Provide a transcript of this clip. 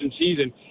season